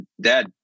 dad